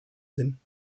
sinn